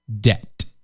debt